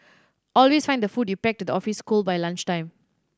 always find the food you pack to the office cold by lunchtime